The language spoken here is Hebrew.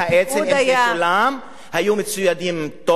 הכוחות היהודיים היו פי-שניים מהם.